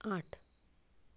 आठ